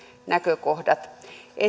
näkökohdat